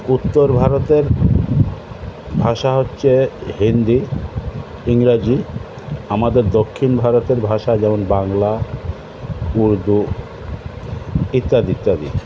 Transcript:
উত্তর ভারতের ভাষা হচ্ছে হিন্দি ইংরাজি আমাদের দক্ষিণ ভারতের ভাষা যেমন বাংলা উর্দু ইত্যাদি ইত্যাদি